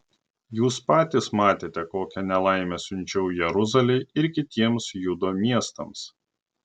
jūs patys matėte kokią nelaimę siunčiau jeruzalei ir kitiems judo miestams